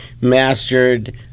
mastered